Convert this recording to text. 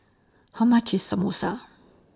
How much IS Samosa